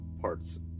parts